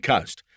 Coast